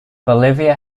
bolivia